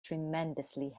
tremendously